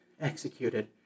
executed